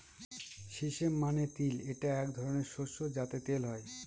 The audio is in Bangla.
সিসেম মানে তিল এটা এক ধরনের শস্য যাতে তেল হয়